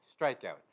strikeouts